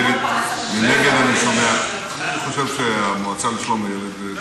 אני חושב שהמועצה לשלום הילד באמת